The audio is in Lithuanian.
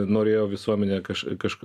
norėjo visuomenė kaž kažk